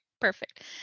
perfect